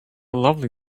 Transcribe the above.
lovely